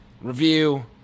review